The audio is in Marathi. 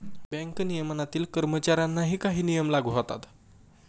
बँक नियमनातील कर्मचाऱ्यांनाही काही नियम लागू होतात